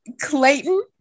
Clayton